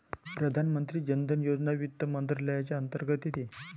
प्रधानमंत्री जन धन योजना वित्त मंत्रालयाच्या अंतर्गत येते